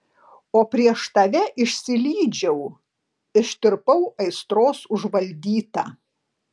o prieš tave išsilydžiau ištirpau aistros užvaldyta